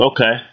Okay